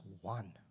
one